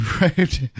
Right